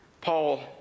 Paul